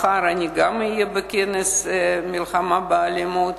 מחר אהיה בכנס המלחמה באלימות.